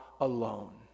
alone